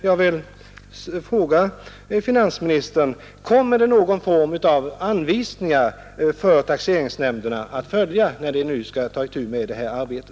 Jag vill fråga finansministern: Kommer det att utfärdas någon form av anvisningar för taxeringsnämnderna när dessa nu skall ta itu med detta arbete?